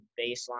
baseline